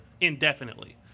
indefinitely